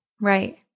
right